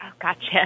Gotcha